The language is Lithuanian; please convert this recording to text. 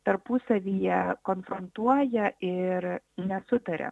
tarpusavyje konfrontuoja ir nesutaria